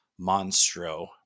monstro